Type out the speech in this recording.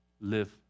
live